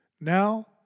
Now